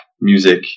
music